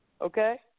okay